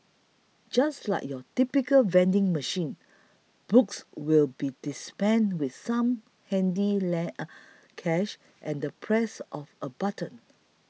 just like your typical vending machine books will be dispensed with some handy cash and the press of a button